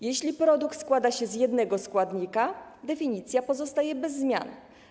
Jeśli produkt składa się z jednego składnika, definicja pozostaje bez zmian.